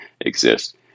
exist